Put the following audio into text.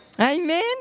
Amen